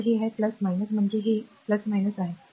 तर हे आहे म्हणजे हे आहे